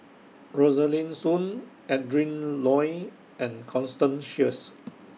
Rosaline Soon Adrin Loi and Constance Sheares